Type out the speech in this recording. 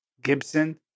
Gibson